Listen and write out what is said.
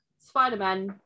Spider-Man